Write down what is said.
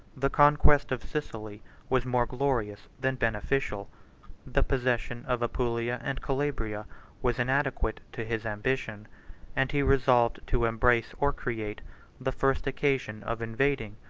the conquest of sicily was more glorious than beneficial the possession of apulia and calabria was inadequate to his ambition and he resolved to embrace or create the first occasion of invading,